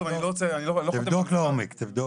תבדוק לעומק.